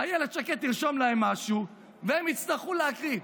אילת שקד תרשום להם משהו, והם יצטרכו להקריא.